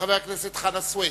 וחבר הכנסת חנא סוייד,